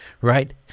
Right